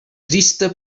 trista